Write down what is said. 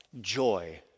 joy